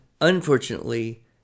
unfortunately